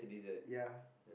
ya